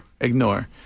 Ignore